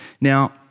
Now